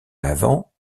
l’avant